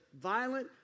violent